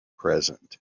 present